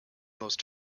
most